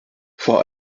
vor